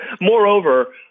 Moreover